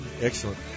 Excellent